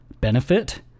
benefit